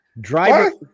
Driver